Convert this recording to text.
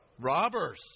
Robbers